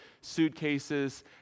suitcases